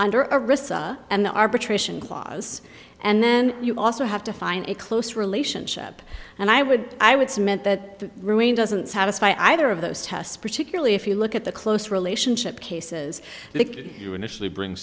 under a risk and the arbitration clause and then you also have to find a close relationship and i would i would submit that ruling doesn't satisfy either of those tests particularly if you look at the close relationship cases